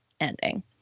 ending